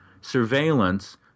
surveillance